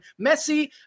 Messi